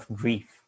grief